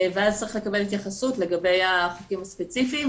ואז צריך לקבל התייחסות לגבי החוקים הספציפיים.